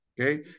Okay